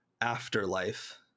afterlife